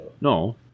no